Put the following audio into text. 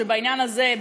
שבעניין הזה,